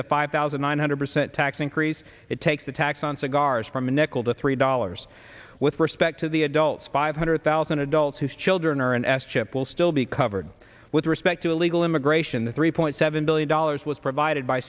the five thousand nine hundred percent tax increase it takes the tax on cigars from a nickel to three dollars with respect to the adults five hundred thousand adults whose children are an ass chip will still be covered with respect to illegal immigration the three point seven billion dollars was provided by